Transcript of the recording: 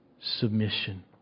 submission